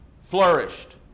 flourished